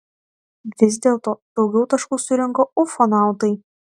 vis dėlto daugiau taškų surinko ufonautai